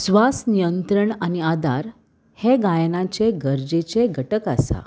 स्वास नियंत्रण आनी आदार हे गायनाचे गरजेचे घटक आसा